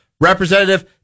Representative